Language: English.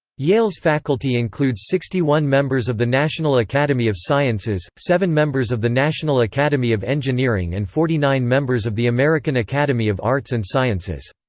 yale's faculty include sixty one members of the national academy of sciences, seven members of the national academy of engineering and forty nine members of the american academy of arts and sciences.